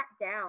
down